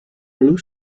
blue